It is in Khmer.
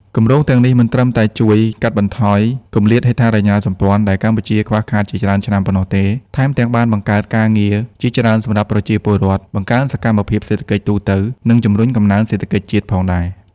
គម្រោងទាំងនេះមិនត្រឹមតែជួយកាត់បន្ថយគម្លាតហេដ្ឋារចនាសម្ព័ន្ធដែលកម្ពុជាខ្វះខាតជាច្រើនឆ្នាំប៉ុណ្ណោះទេ ថែមទាំងបានបង្កើតការងារជាច្រើនសម្រាប់ប្រជាពលរដ្ឋ បង្កើនសកម្មភាពសេដ្ឋកិច្ចទូទៅ និងជំរុញកំណើនសេដ្ឋកិច្ចជាតិផងដែរ។